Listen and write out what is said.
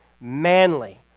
manly